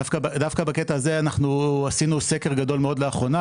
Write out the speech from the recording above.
דווקא בקטע הזה אנחנו עשינו סקר גדול מאוד לאחרונה,